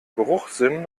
geruchssinn